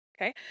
Okay